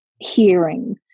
hearing